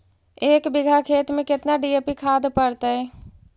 एक बिघा खेत में केतना डी.ए.पी खाद पड़तै?